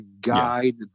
guide